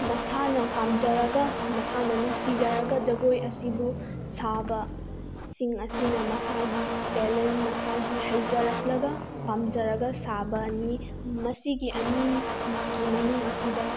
ꯃꯁꯥꯅ ꯄꯥꯝꯖꯔꯒ ꯃꯁꯥꯅ ꯅꯨꯡꯁꯤꯖꯔꯒ ꯖꯒꯣꯏ ꯑꯁꯤꯕꯨ ꯁꯥꯕ ꯁꯤꯡ ꯑꯁꯤꯅ ꯃꯁꯥꯒꯤ ꯇꯦꯂꯦꯟ ꯃꯁꯥꯒꯤ ꯍꯩꯖꯔꯛꯂꯒ ꯄꯥꯝꯖꯔꯒ ꯁꯥꯕꯅꯤ ꯃꯁꯤꯒꯤ ꯑꯅꯤꯒꯤ ꯃꯅꯨꯡ ꯑꯁꯤꯗ